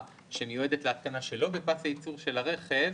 שמיועדת להתקנה שלא בפס הייצור של הרכב,